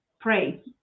pray